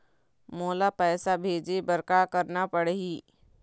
मोला पैसा भेजे बर का करना पड़ही?